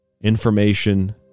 information